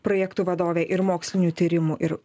projektų vadovė ir mokslinių tyrimų ir